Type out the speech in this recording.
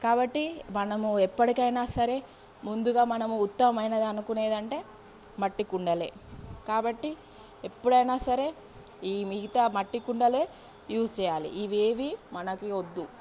కాబట్టి మనము ఎప్పటికైనా సరే ముందుగా మనము ఉత్తమమైనది అనుకునేది అంటే మట్టికుండలే కాబట్టి ఎప్పుడైనా సరే ఈ మిగతా మట్టి కుండలే యూస్ చేయాలి ఇవేవీ మనకి వద్దు